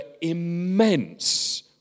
immense